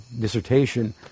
dissertation